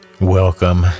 Welcome